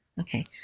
Okay